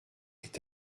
est